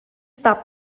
stop